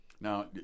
Now